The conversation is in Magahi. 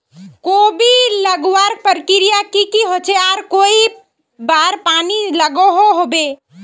कोबी लगवार प्रक्रिया की की होचे आर कई बार पानी लागोहो होबे?